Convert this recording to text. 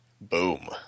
Boom